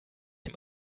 dem